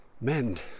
mend